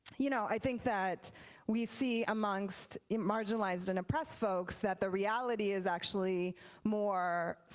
you know i think that we see amongst marginalized and oppressed folks that the reality is actually more,